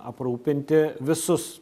aprūpinti visus